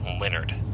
Leonard